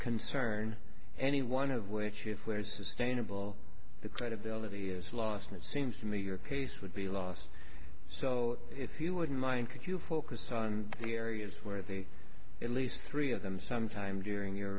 concern any one of which if we're sustainable the credibility is lost it seems to me your case would be lost so if you wouldn't mind could you focus on the areas where the at least three of them sometime during your